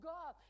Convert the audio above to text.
God